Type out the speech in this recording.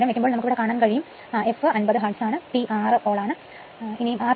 അപ്പോൾ ഇവിടെ നൽകിയിരിക്കുന്ന ധ്രുവങ്ങളിൽ ആണ് തെറ്റ്